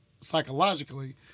psychologically